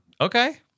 okay